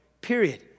period